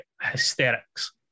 hysterics